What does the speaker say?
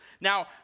Now